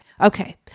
Okay